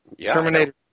Terminator